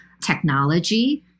technology